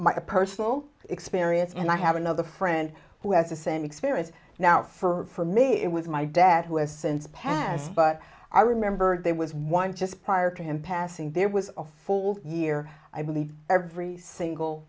my personal experience and i have another friend who has the same experience now for me it was my dad who has since passed but i remember there was one just prior to him passing there was a full year i believe every single